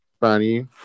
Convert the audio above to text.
Funny